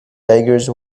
beggars